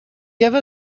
give